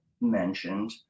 mentioned